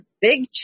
big